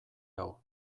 hau